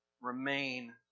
Remain